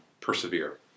persevere